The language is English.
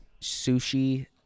sushi